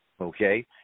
Okay